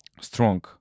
strong